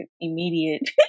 immediate